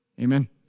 Amen